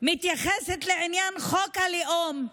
מתייחסת לעניין חוק הלאום,